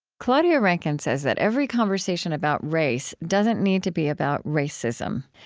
claudia rankine says that every conversation about race doesn't need to be about racism.